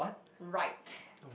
right